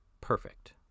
perfect